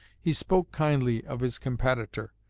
he spoke kindly of his competitor,